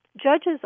Judges